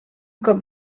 cop